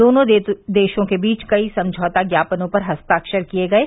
दोनों देशों के बीच कई समझौता ज्ञापनों पर हस्ताक्षर किए गये